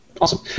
Awesome